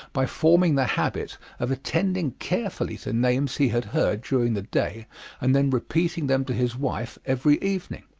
by forming the habit of attending carefully to names he had heard during the day and then repeating them to his wife every evening.